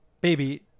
Baby